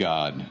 God